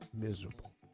miserable